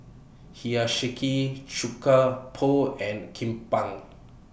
Hiyashi Chuka Pho and Kimbap